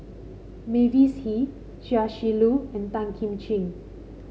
Mavis Hee Chia Shi Lu and Tan Kim Ching